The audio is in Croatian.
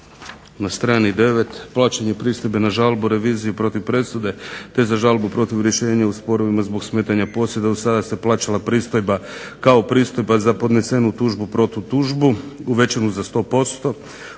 na strani 9 plaćanje pristojbe na žalbu, reviziju protiv presude te na žalbu protiv rješenja u sporovima zbog smetanja posjeda od sada se plaćala pristojba kao pristojba za podnesenu tužbu, protutužbu uvećanu za 100%.